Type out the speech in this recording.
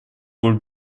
пор